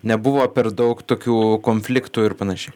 nebuvo per daug tokių konfliktų ir panašiai